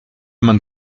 man